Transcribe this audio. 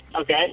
Okay